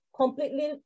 completely